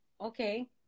Okay